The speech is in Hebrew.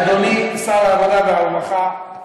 אדוני שר העבודה והרווחה,